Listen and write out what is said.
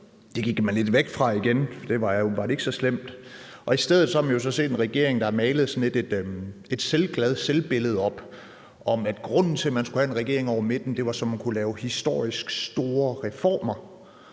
Det gik man lidt væk fra igen, for det var åbenbart ikke så slemt, og i stedet har vi jo så set en regering, der har malet sådan et selvglad selvbillede op om, at grunden til, at man skulle have en regering hen over midten, var, at man kunne lave historisk store reformer.